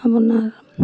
আপোনাৰ